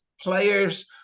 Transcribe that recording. players